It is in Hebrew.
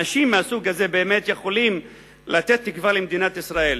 אנשים מהסוג הזה באמת יכולים לתת תקווה למדינת ישראל,